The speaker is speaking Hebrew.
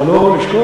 אבל לא לשכוח,